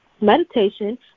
meditation